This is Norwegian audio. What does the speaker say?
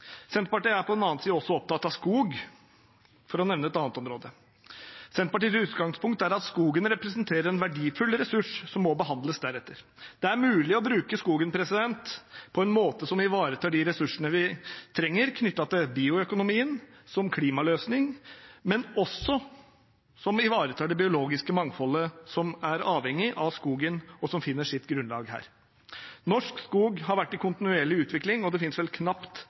Senterpartiet er også opptatt av skog – for å nevne et annet område. Senterpartiets utgangspunkt er at skogen representerer en verdifull ressurs som må behandles deretter. Det er mulig å bruke skogen på en måte som ivaretar de ressursene vi trenger knyttet til bioøkonomien, som klimaløsning, men som også ivaretar det biologiske mangfoldet, som er avhengig av skogen, og som finner sitt grunnlag her. Norsk skog har vært i kontinuerlig utvikling, og det finnes vel knapt